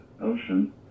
ocean